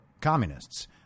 communists